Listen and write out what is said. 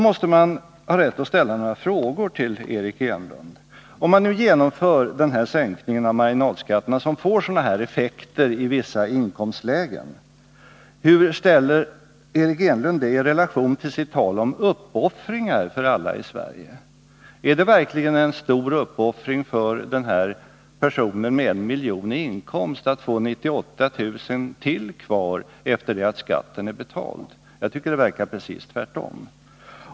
Jag vill ställa några frågor till Eric Enlund: Om man nu genomför den föreslagna sänkningen av marginalskatterna, som får sådana här effekter i vissa inkomstlägen, hur ställer Eric Enlund det i relation till sitt tal om uppoffringar för alla i Sverige? Är det verkligen en stor uppoffring för den här personen med en miljon i inkomst att få 98 000 kr. ytterligare kvar efter det att skatten är betald? Jag tycker att det verkar precis tvärtom.